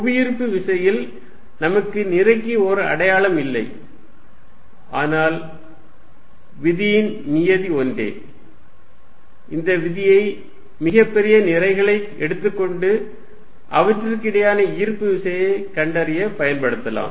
புவிஈர்ப்பு விசையில் நமக்கு நிறைக்கு ஒரு அடையாளம் இல்லை ஆனால் விதியின் நியதி ஒன்றே இந்த விதியை மிகப் பெரிய நிறைகளை எடுத்துக்கொண்டு அவற்றுக்கிடையேயான ஈர்ப்பு விசையை கண்டறிய பயன்படுத்தலாம்